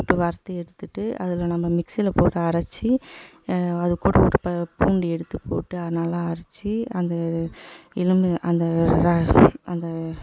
போட்டு வறுத்து எடுத்துவிட்டு அதில் நம்ம மிக்ஸியில் போட்டு அரைத்து அது கூட ஒரு பூண்டு எடுத்து போட்டு நல்லா அரைத்து அந்த அந்த அந்த